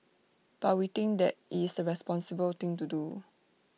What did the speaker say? but we think that IT is the responsible thing to do